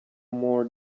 more